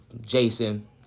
Jason